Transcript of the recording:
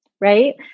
right